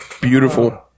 beautiful